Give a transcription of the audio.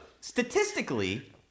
statistically